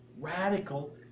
Radical